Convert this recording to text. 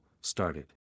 started